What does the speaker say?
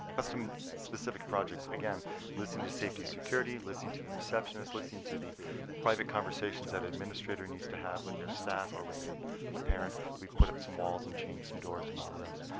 um specific projects, again listening to safety security, listening to the receptionist, listening to the private conversations that administrator needs to have with their staff or with a ah parent. we've put up some walls and changed some doors and all the rest.